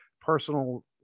personal